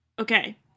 Okay